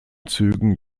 zügen